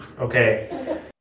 okay